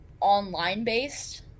online-based